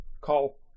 Call